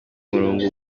murongo